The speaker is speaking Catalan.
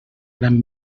gran